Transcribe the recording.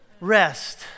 rest